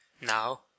Now